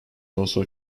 also